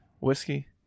whiskey